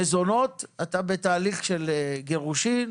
מזונות, אתה בתהליך של גירושין,